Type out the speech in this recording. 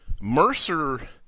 Mercer